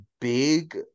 big